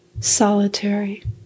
solitary